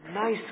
nice